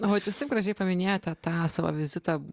o vat jūs gražiai paminėjote tą savo vizitą